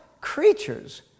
creatures